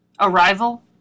Arrival